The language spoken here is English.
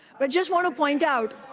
but just want to point out